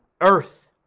earth